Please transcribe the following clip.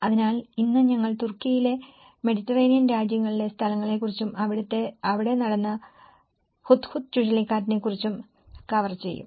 അതിനാൽ ഇന്ന് ഞങ്ങൾ തുർക്കിയിലെ മെഡിറ്ററേനിയൻ രാജ്യങ്ങളിലെ സ്ഥലങ്ങളെക്കുറിച്ചും അടുത്തിടെ നടന്ന ഹുദ്ഹുദ് ചുഴലിക്കാറ്റിനെ കുറിച്ചും കവർ ചെയ്യും